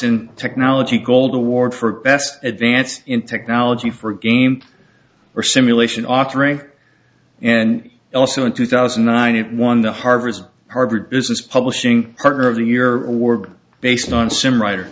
in technology gold ward for best advances in technology for game for simulation operating and also in two thousand and one the harvard harvard business publishing partner of the year award based on sim writer